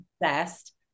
best